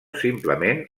simplement